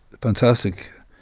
fantastic